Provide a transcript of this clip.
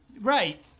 Right